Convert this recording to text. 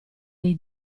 dei